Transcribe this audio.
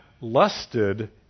lusted